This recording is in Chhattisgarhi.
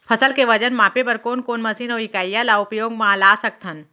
फसल के वजन मापे बर कोन कोन मशीन अऊ इकाइयां ला उपयोग मा ला सकथन?